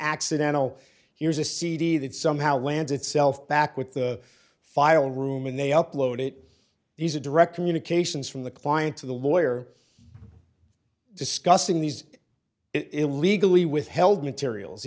accidental here's a cd that somehow lands itself back with the file room and they upload it these are direct communications from the client to the lawyer discussing these it legally with held materials